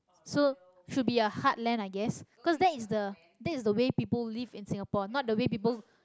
so should be a heartland i guess 'cause that is the that is the way people live in singapore not the way people